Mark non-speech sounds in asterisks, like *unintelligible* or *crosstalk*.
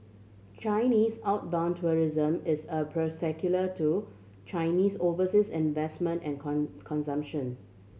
Chinese outbound tourism is a *unintelligible* to Chinese overseas investment and *unintelligible* consumption